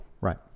right